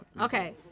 Okay